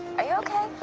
are you okay?